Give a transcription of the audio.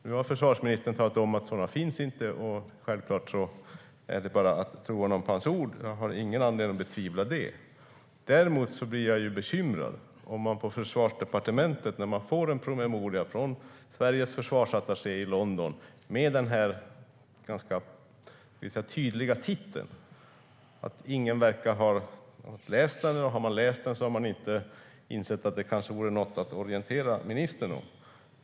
Nu har försvarsministern sagt att det inte finns några sådana, och självklart får vi tro honom på hans ord. Jag har ingen anledning att betvivla det. Däremot blir jag bekymrad om man på Försvarsdepartementet, när man får en promemoria från Sveriges försvarsattaché i London med denna tydliga titel, inte verkar ha läst den och inte insett att den är något att kanske orientera ministern om.